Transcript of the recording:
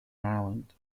island